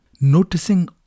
noticing